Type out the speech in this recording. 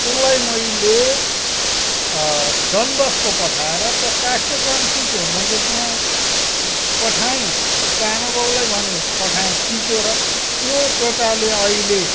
उसलाई मैले डनबस्को पठाएर त्यहाँ काठको काम सिक्यो मैले त्यहाँ पठाएँ उसको आमा बाउलाई भनेँ पठाएँ सिक्यो र त्यो केटाले अहिले